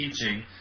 teaching